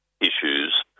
issues